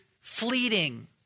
fleeting